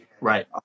right